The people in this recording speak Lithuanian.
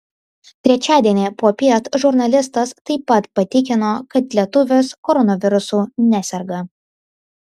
trečiadienį popiet žurnalistas taip pat patikino kad lietuvis koronavirusu neserga